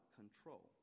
control